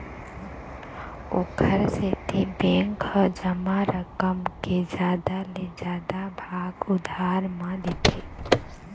ओखर सेती बेंक ह जमा रकम के जादा ले जादा भाग उधार म देथे